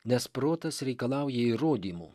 nes protas reikalauja įrodymų